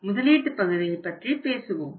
எனவே முதலீட்டு பகுதியை பற்றி பேசுவோம்